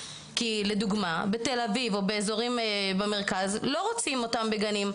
כי לדוגמה בתל אביב או באזורים במרכז לא רוצים אותן בגנים.